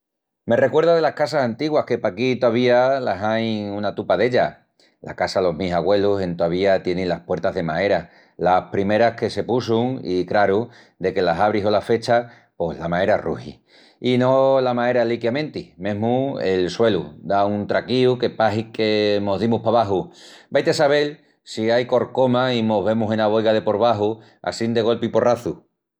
Me recuerda delas casas antiguas que paquí tovía las ain una tupa d'ellas. La casa los mis agüelus entovía tieni las puertas de maera, las primeras que se pusun i, craru, deque las abris o las fechas, pos la maera rugi. I no la maera liquiamenti, mesmu el suelu da un traquíu que pahi que mos dimus pabaxu. Vai-ti a sabel si ai corcoma i mos vemus ena boiga de por baxu assín de golpi i porrazu.